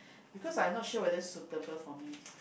because I'm not sure whether suitable for me